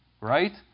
right